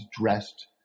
dressed